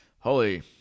holy